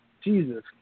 Jesus